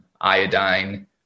iodine